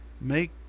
make